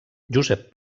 josep